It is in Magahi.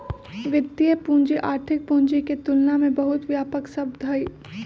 वित्तीय पूंजी आर्थिक पूंजी के तुलना में बहुत व्यापक शब्द हई